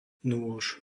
nôž